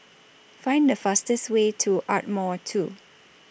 Find The fastest Way to Ardmore two